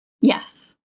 Yes